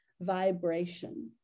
vibration